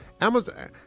Amazon